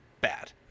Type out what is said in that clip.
bad